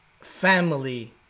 family